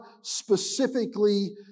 specifically